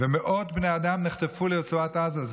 ומאות בני אדם נחטפו לרצועת עזה.